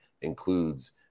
includes